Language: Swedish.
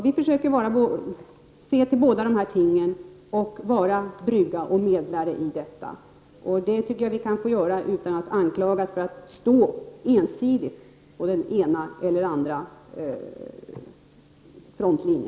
Vi försöker se till båda dessa ting samt vara brygga och medlare. Det tycker jag vi kan få göra utan att behöva anklagas för att ensidigt stå på den ena eller andra frontlinjen.